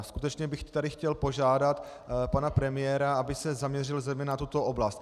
Skutečně bych tady chtěl požádat pana premiéra, aby se zaměřil zejména na tuto oblast.